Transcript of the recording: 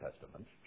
Testament